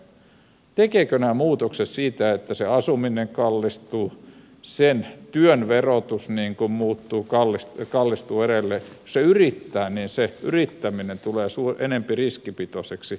tekevätkö nämä muutokset sitä että asuminen kallistuu työn verotus muuttuu kallistuu edelleen tai jos hän yrittää niin yrittäminen tulee enempi riskipitoiseksi